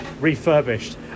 refurbished